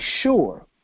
sure